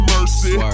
Mercy